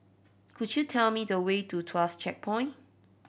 could you tell me the way to Tuas Checkpoint